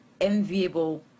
enviable